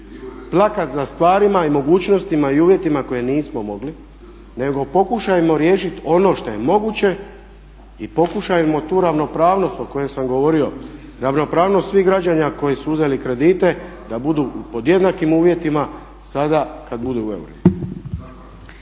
plakati za stvarima i mogućnostima i uvjetima koje nismo mogli nego pokušajmo riješiti ono što je moguće i pokušajmo tu ravnopravnost o kojoj sam govorio, ravnopravnost svih građana koji su uzeli kredite da budu pod jednakim uvjetima sada kad budu u eurima.